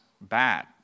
bad